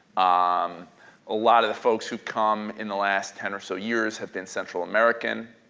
um a lot of the folks who come in the last ten or so years have been central american,